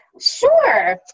Sure